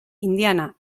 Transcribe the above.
indiana